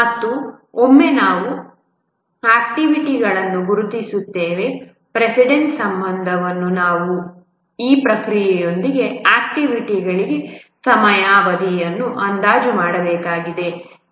ಮತ್ತು ಒಮ್ಮೆ ನಾವು ಆಕ್ಟಿವಿಟಿಗಳನ್ನು ಗುರುತಿಸುತ್ತೇವೆ ಪ್ರೆಸಿಡೆನ್ಸ ಸಂಬಂಧವನ್ನು ನಾವು ಈ ಪ್ರತಿಯೊಂದು ಆಕ್ಟಿವಿಟಿಗಳಿಗೆ ಸಮಯದ ಅವಧಿಯನ್ನು ಅಂದಾಜು ಮಾಡಬೇಕಾಗಿದೆ